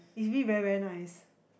he's really very very nice